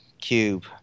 Cube